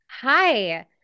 hi